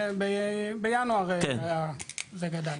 בינואר זה גדל.